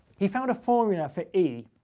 he found a formula for e